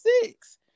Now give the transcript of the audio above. Six